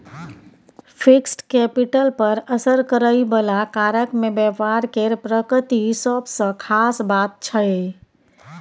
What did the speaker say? fixed capital पर असर करइ बला कारक मे व्यापार केर प्रकृति सबसँ खास बात छै